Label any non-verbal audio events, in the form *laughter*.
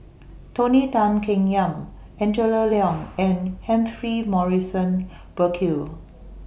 Tony Tan Keng Yam Angela Liong *noise* and Humphrey Morrison Burkill